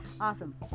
Awesome